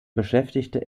beschäftigte